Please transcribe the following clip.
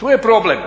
tu je problem.